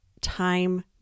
time